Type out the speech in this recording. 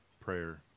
prayer